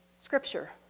scripture